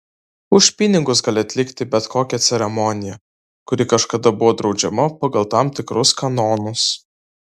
už pinigus gali atlikti bet kokią ceremoniją kuri kažkada buvo draudžiama pagal tam tikrus kanonus